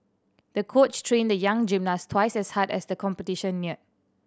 the coach trained the young gymnast twice as hard as the competition near